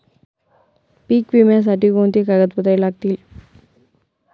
पीक विम्यासाठी कोणती कागदपत्रे लागतील?